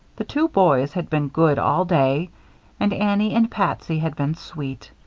the two boys had been good all day and annie and patsy had been sweet.